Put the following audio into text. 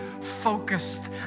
focused